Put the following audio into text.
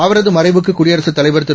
அவரதுமறைவுக்குகுடியரசுதலைவர்திரு